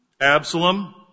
Absalom